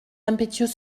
impétueux